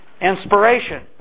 inspiration